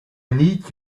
need